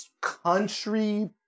country